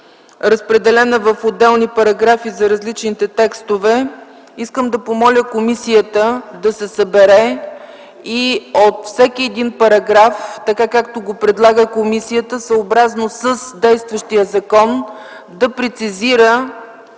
разпределена в отделни параграфи за различните текстове, искам да помоля комисията да се събере и от всеки един параграф, така както го предлага комисията, съобразно с действащия закон да прецизира